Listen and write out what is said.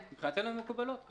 מבחינתנו הן מקובלות.